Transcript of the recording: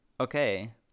okay